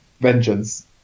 vengeance